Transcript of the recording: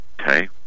okay